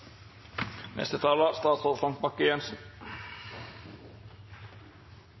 neste taler